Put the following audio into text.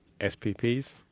SPPs